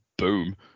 Boom